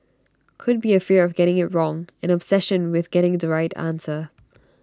could be A fear of getting IT wrong an obsession with getting the right answer